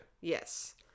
Yes